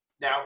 Now